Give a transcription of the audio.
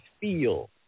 feel